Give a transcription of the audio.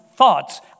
Thoughts